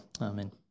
Amen